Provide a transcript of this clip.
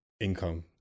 income